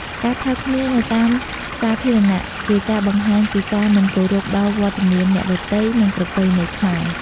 ការថើបគ្នានៅតាមសាធារណៈ ជាការបង្ហាញពីការមិនគោរពដល់រត្តមានអ្នកដទៃ និងប្រពៃណីខ្មែរ។